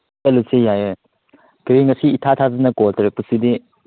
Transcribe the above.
ꯆꯠꯂꯨꯁꯦ ꯌꯥꯏꯌꯦ ꯀꯔꯤ ꯉꯁꯤ ꯏꯊꯥ ꯊꯥꯖꯗꯅ ꯀꯣꯜ ꯇꯧꯔꯛꯄꯁꯤꯗꯤ